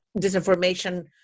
Disinformation